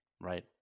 Right